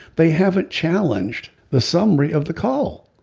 they haven't challenged the summary of the call.